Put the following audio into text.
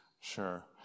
Sure